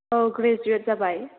औ ग्रेजुवेट जाबाय